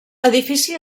edifici